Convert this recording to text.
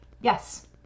Yes